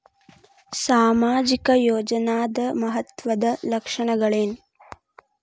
ಸಾಮಾಜಿಕ ಯೋಜನಾದ ಮಹತ್ವದ್ದ ಲಕ್ಷಣಗಳೇನು?